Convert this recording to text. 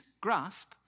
grasp